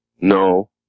no